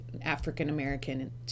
african-american